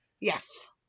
Yes